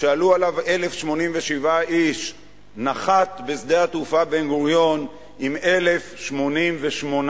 שעלו עליו 1,087 איש נחת בשדה התעופה בן-גוריון עם 1,088,